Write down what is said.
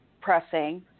pressing